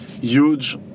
huge